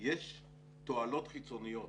יש תועלות חיצוניות,